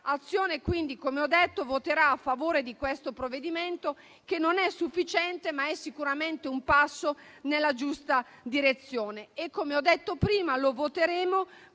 Azione quindi, come ho detto, voterà a favore di questo provvedimento, che non è sufficiente, ma è sicuramente un passo nella giusta direzione. Come ho detto prima, lo voteremo